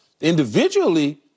Individually